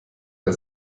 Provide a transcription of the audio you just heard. der